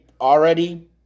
already